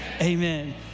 Amen